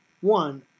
One